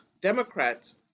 Democrats